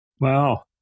Wow